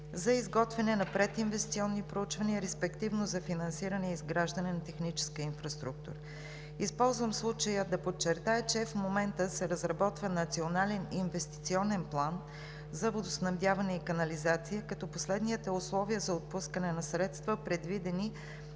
за изготвянето на прединвестиционни проучвания и респективно за финансиране изграждането на техническата инфраструктура. Използвам случая да подчертая, че в момента се разработва Национален инвестиционен план за водоснабдяване и канализация. Последният е условие за отпускане на средствата, предвидени